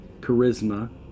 charisma